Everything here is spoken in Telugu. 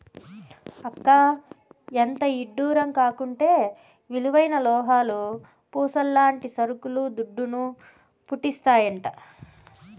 అక్కా, ఎంతిడ్డూరం కాకుంటే విలువైన లోహాలు, పూసల్లాంటి సరుకులు దుడ్డును, పుట్టిస్తాయంట